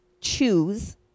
choose